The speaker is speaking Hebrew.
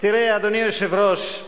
תראה, אדוני היושב-ראש,